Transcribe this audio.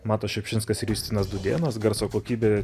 matas šiupšinskas ir justinas dudėnas garso kokybė